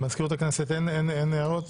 יש הערות לנציגת מזכירות הכנסת?